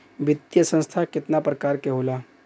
वित्तीय संस्था कितना प्रकार क होला?